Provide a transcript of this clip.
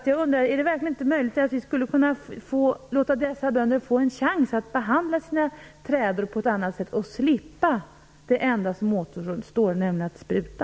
Är det verkligen inte möjligt att låta dessa bönder få en chans att behandla sina trädor på ett annat sätt och slippa det enda som återstår, nämligen att spruta?